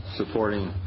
supporting